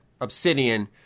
Obsidian